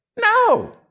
No